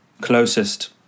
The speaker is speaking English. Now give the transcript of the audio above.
closest